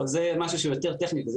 זה משהו שהוא יותר טכני,